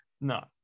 no